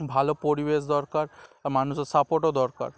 ভালো পরিবেশ দরকার আর মানুষের সাপোর্টও দরকার